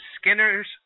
Skinner's